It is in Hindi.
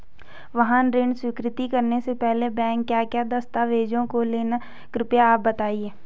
वाहन ऋण स्वीकृति करने से पहले बैंक क्या क्या दस्तावेज़ों को लेगा कृपया आप बताएँगे?